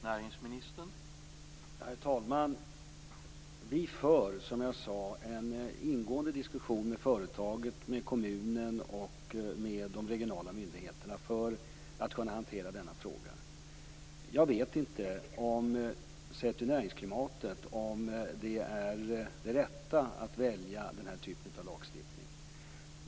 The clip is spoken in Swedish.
Herr talman! Vi för som jag tidigare sade en ingående diskussion med företaget, med kommunen och med de regionala myndigheterna för att kunna hantera denna fråga. Jag vet inte, sett till näringsklimatet, om det är det rätta att välja den här typen av lagstiftning.